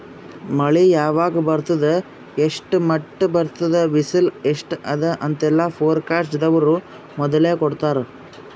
ಮಳಿ ಯಾವಾಗ್ ಬರ್ತದ್ ಎಷ್ಟ್ರ್ ಮಟ್ಟ್ ಬರ್ತದ್ ಬಿಸಿಲ್ ಎಸ್ಟ್ ಅದಾ ಅಂತೆಲ್ಲಾ ಫೋರ್ಕಾಸ್ಟ್ ದವ್ರು ಮೊದ್ಲೇ ಕೊಡ್ತಾರ್